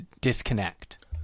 disconnect